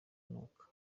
anuka